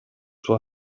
suo